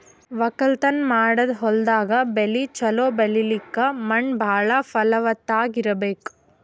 ವಕ್ಕಲತನ್ ಮಾಡದ್ ಹೊಲ್ದಾಗ ಬೆಳಿ ಛಲೋ ಬೆಳಿಲಕ್ಕ್ ಮಣ್ಣ್ ಭಾಳ್ ಫಲವತ್ತಾಗ್ ಇರ್ಬೆಕ್